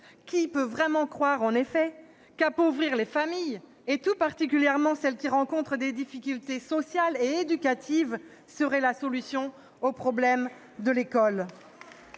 Qui peut vraiment croire qu'appauvrir les familles, tout particulièrement celles qui rencontrent des difficultés sociales et éducatives, serait la solution aux problèmes de l'école ?